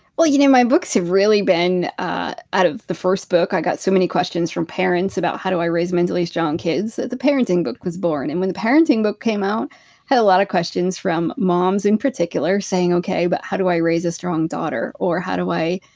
well, you know, my books have really been ah out of the first book. i got so many questions from parents about how do i raise mentally strong kids, so the parenting book was born. and when the parenting book came out, i had a lot of questions from moms in particular, saying, okay, but how do i raise a strong daughter? or how do i,